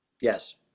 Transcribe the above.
Yes